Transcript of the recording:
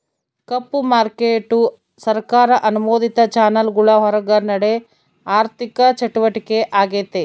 ಕಪ್ಪು market ಸರ್ಕಾರ ಅನುಮೋದಿತ ಚಾನೆಲ್ಗುಳ್ ಹೊರುಗ ನಡೇ ಆಋಥಿಕ ಚಟುವಟಿಕೆ ಆಗೆತೆ